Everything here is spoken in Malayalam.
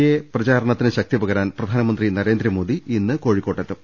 എ പ്രചാരണത്തിന് ശക്തിപകരാൻ പ്രധാനമന്ത്രി നരേന്ദ്രമോദി ഇന്ന് കോഴിക്കോട്ടെത്തും